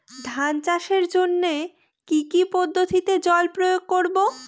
ধান চাষের জন্যে কি কী পদ্ধতিতে জল প্রয়োগ করব?